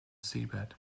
seabed